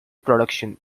production